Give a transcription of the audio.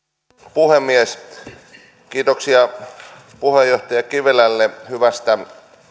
puhemies kiitoksia puheenjohtaja kivelälle hyvästä